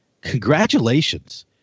congratulations